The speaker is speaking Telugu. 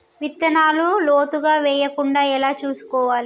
విత్తనాలు లోతుగా వెయ్యకుండా ఎలా చూసుకోవాలి?